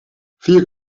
vier